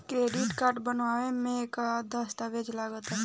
Credit card बनवावे म का का दस्तावेज लगा ता?